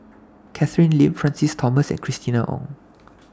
Catherine Lim Francis Thomas and Christina Ong